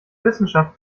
wissenschaft